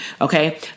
Okay